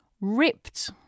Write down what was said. ripped